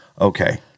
Okay